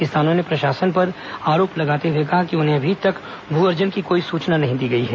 किसानों ने प्रशासन पर आरोप लगाते हुए कहा है कि उन्हें अभी तक भू अर्जन की कोई सूचना नहीं दी गई है